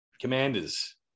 Commanders